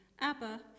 Abba